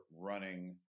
running